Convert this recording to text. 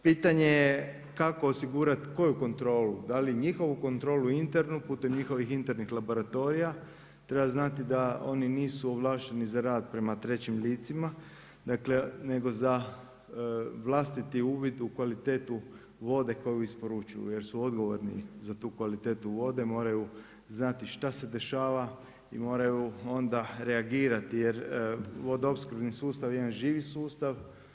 Pitanje kako osigurati koju kontrolu, da li njihovu kontrolu, internu, putem njihovih internih laboratorija, treba znati da oni nisu ovlašteni za rad prema trećim licima, dakle, nego za vlastiti uvid u kvalitetu vode koju isporučuju jer su odgovorni za tu kvalitetu vode, moraju znati šta se dešava i moraju onda reagirati jer vodoopskrbni sustav je jedan živi sustav.